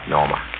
Norma